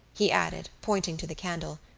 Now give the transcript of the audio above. he added, pointing to the candle,